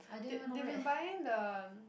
they they've been buying the